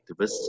activists